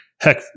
heck